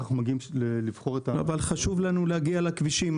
אנחנו מגיעים לבחור --- אבל חשוב לנו להגיע לכבישים.